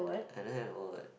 I don't have